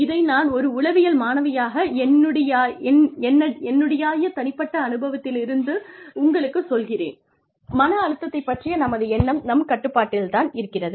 இதை நான் ஒரு உளவியல் மாணவியாக என்னுடைய தனிப்பட்ட அனுபவத்திலிருந்து உங்களுக்குச் சொல்கிறேன் மன அழுத்தத்தைப் பற்றிய நமது எண்ணம் நம் கட்டுப்பாட்டில் தான் இருக்கிறது